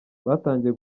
batangiye